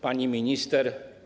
Pani Minister!